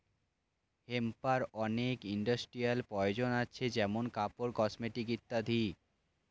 হেম্পের অনেক ইন্ডাস্ট্রিয়াল প্রয়োজন আছে যেমন কাপড়, কসমেটিকস ইত্যাদি